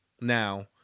Now